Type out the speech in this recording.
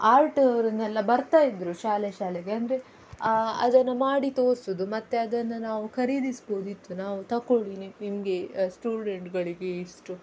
art ಅವರನ್ನೆಲ್ಲ ಬರ್ತಾಯಿದ್ದರು ಶಾಲೆ ಶಾಲೆಗೆ ಅಂದರೆ ಅದನ್ನು ಮಾಡಿ ತೋರ್ಸೋದು ಮತ್ತು ಅದನ್ನು ನಾವು ಖರೀದಿಸ್ಬೋದಿತ್ತು ನಾವು ತಗೊಳ್ಳಿ ನಿಮಗೆ ಸ್ಟೂಡೆಂಟ್ಗಳಿಗೆ ಇಷ್ಟು